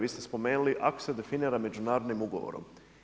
Vi ste spomenuli ako se definira međunarodnim ugovorom.